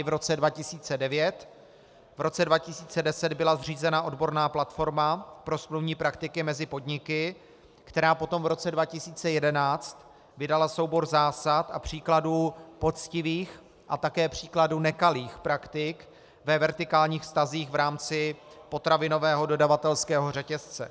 V roce 2010 byla zřízena odborná platforma pro smluvní praktiky mezi podniky, která potom v roce 2011 vydala soubor zásad a příkladů poctivých a také případů nekalých praktik ve vertikálních vztazích v rámci potravinového dodavatelského řetězce.